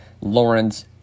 Lawrence